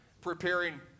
preparing